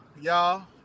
y'all